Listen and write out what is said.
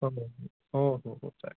हो हो हो हो चा